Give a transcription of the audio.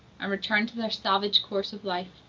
and return to their savage course of life.